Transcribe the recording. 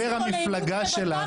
חבר המפלגה שלך,